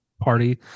party